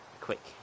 Quick